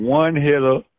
one-hitter